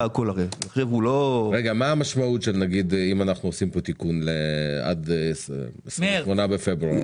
מה המשמעות אם אנחנו עושים פה תיקון עד 8 בפברואר?